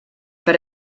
per